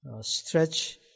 stretch